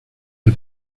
del